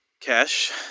Cash